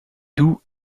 doux